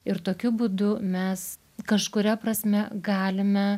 ir tokiu būdu mes kažkuria prasme galime